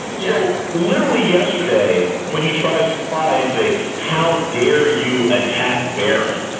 you know literally yesterday when he tries to cry and say, how dare you attack baron?